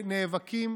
נאבקים